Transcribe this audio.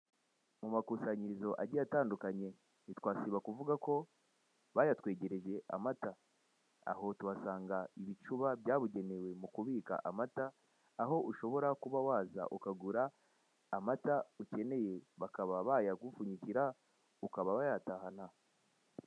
Mu makusanyirizo agiye atandukanye, ntitwasiba kuvuga ko bayatwegereje amata. Aho tuhasnga ibicuba byabugenewe mu kubika amata, aho ushobora kuba waza ukagura amata ukeneye, bakaba bayagupfunyikira, ukaba wayatahana.